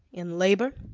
in labor,